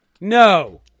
No